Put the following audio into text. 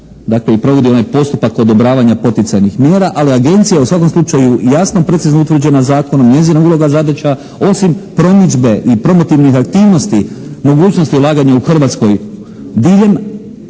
dakle, i provodi onaj postupak odobravanja poticajnih mjera, ali Agencija je u svakom slučaju jasno i precizno utvrđena zakonom, njezina uloga, zadaća, osim promidžbe i promotivnih aktivnosti, mogućnosti ulaganja u Hrvatskoj diljem